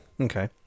Okay